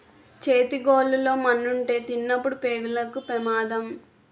చేతి గోళ్లు లో మన్నుంటే తినినప్పుడు పేగులకు పెమాదం